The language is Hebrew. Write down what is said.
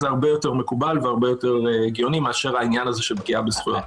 זה הרבה יותר מקובל והרבה יותר הגיוני מאשר העניין של פגיעה בזכויות.